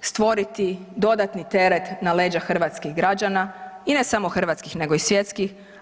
stvoriti dodatni teret na leđa hrvatskih građana i ne samo hrvatskih nego i svjetskih.